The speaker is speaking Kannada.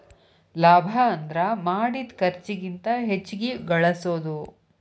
ಲಾಭ ಅಂದ್ರ ಮಾಡಿದ್ ಖರ್ಚಿಗಿಂತ ಹೆಚ್ಚಿಗಿ ಗಳಸೋದು